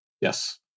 Yes